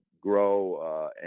grow